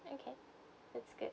okay that's good